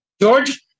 George